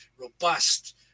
robust